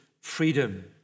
freedom